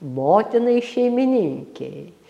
motinai šeimininkei